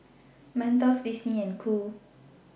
Mentos Disney and Qoo